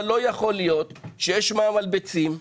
אבל לא יכול להיות שיש מע"מ על ביצים,